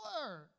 word